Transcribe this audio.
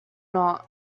not